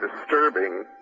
disturbing